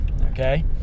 okay